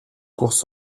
courses